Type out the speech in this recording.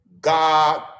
God